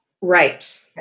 right